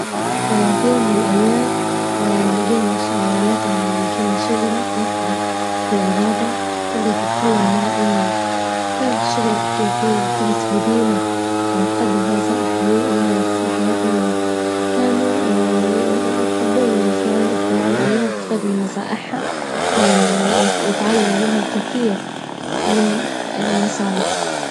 في يوم من الأيام لجينا- لجينا شجرة وحدة في الغابة تجدر تتكلم مع الناس، كانت الشجرة تحكي في قصص قديمة وتقدم بنصائح للناس لحياة الناس، كانوا يحبون إللي يسمعون إليها استفادوا من نصائحها ويتعلموا منها الكثير من النصايح.